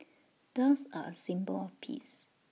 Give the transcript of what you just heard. doves are A symbol of peace